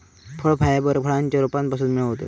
फळ फायबर फळांच्या रोपांपासून मिळवतत